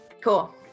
cool